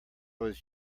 was